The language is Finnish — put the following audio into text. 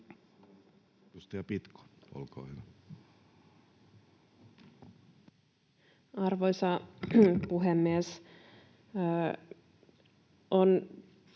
Arvoisa puhemies!